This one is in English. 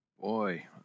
Boy